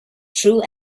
true